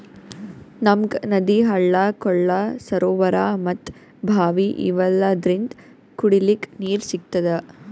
ನಮ್ಗ್ ನದಿ ಹಳ್ಳ ಕೊಳ್ಳ ಸರೋವರಾ ಮತ್ತ್ ಭಾವಿ ಇವೆಲ್ಲದ್ರಿಂದ್ ಕುಡಿಲಿಕ್ಕ್ ನೀರ್ ಸಿಗ್ತದ